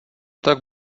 tak